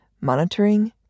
monitoring